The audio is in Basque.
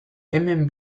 hemen